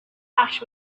ash